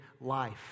life